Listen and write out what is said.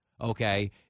Okay